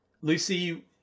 Lucy